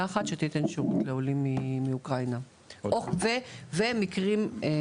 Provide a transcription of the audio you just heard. אחת שתיתן שירות לעולים מאוקראינה ומקרים חריגים.